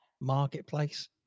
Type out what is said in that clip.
marketplace